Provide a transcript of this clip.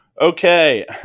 Okay